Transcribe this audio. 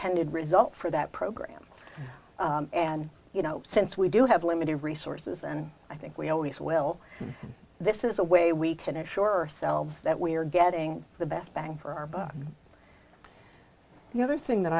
tended result for that program and you know since we do have limited resources and i think we always will this is a way we can assure selves that we are getting the best bang for our buck the other thing that